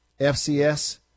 FCS